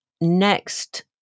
next